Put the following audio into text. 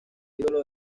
ídolo